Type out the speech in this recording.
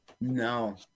No